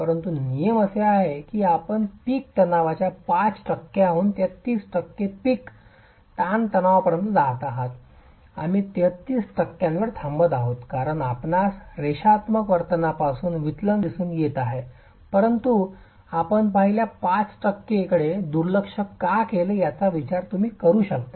परंतु नियम असे आहे की आपण पीक तणावाच्या 5 टक्क्यांहून 33 टक्के पीक तणावापर्यंत जात आहात आम्ही 33 टक्क्यांवर थांबत आहोत कारण आपणास रेषात्मक वर्तनापासून विचलन दिसून येत आहे परंतु आपण पहिल्या 5 टक्के कडे दुर्लक्ष का केले याचा विचार करू शकता